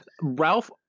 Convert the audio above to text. Ralph